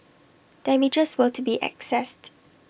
damages were to be accessed